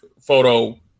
photo